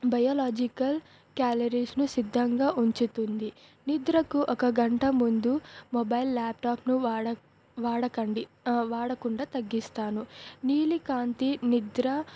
biological క్యాలరీస్ను సిద్ధంగా ఉంచుతుంది నిద్రకు ఒక గంట ముందు మొబైల్ ల్యాప్టాప్ను వాడ వాడకండి వాడకుండా తగ్గిస్తాను నీలి కాంతి నిద్ర